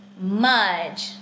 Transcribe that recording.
Mudge